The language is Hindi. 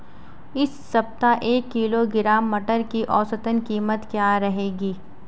इस सप्ताह एक किलोग्राम मटर की औसतन कीमत क्या रहेगी?